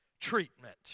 treatment